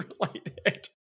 related